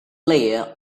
layer